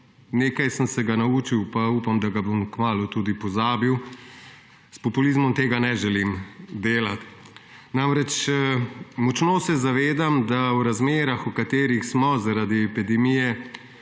nekaj sem se ga naučil pa upam, da ga bom kmalu tudi pozabil – vendar s populizmom tega ne želim delati. Namreč, močno se zavedam, da je v razmerah, v katerih smo zaradi epidemije,